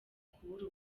kubura